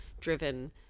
driven